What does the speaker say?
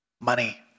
Money